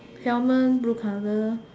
helmet blue colour